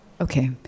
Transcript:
Okay